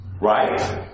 Right